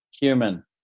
human